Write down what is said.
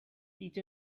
each